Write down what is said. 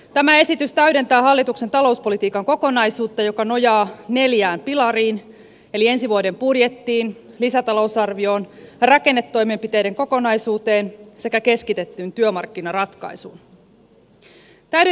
tämä esitys täydentää hallituksen talouspolitiikan kokonaisuutta joka nojaa neljään pilariin eli ensi vuoden budjettiin lisätalousarvioon rakennetoimenpiteiden kokonaisuuteen sekä keskitettyyn työmarkkinaratkaisuun